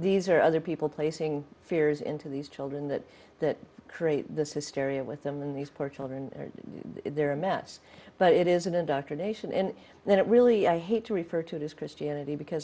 these are other people placing fears into these children that that create this hysteria with them these poor children they're a mess but it is an indoctrination and then it really i hate to refer to it as christianity because